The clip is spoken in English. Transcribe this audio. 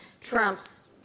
Trump's